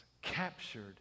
captured